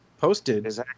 posted